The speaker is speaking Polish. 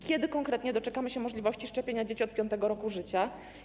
Kiedy konkretnie doczekamy się możliwości szczepienia dzieci od 5. roku życia?